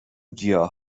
گیاه